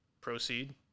Proceed